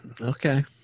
okay